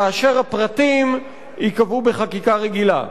כך שהפרטים ייקבעו בחקיקה רגילה.